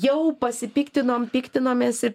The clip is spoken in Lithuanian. jau pasipiktinom piktinomės ir